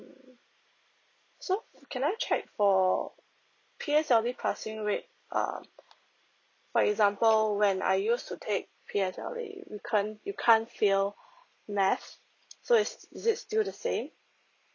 mm so can I check for P_S_L_E passing rate uh for example when I use to take P_S_L_E you can't you can't fail math so it's is it still the same